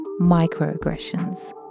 microaggressions